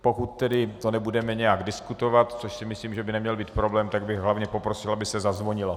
Pokud to nebudeme nijak diskutovat, což si myslím, že by neměl být problém, tak bych hlavně poprosil, aby se zazvonilo.